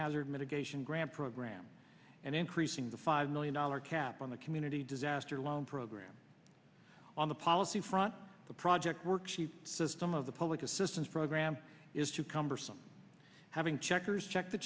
hazard mitigation grant program and increasing the five million dollars cap on the community disaster loan program on the policy front the project worksheet system of the public assistance program is too cumbersome having checkers check the